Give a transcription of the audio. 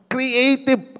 Creative